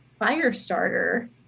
Firestarter